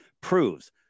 proves